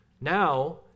Now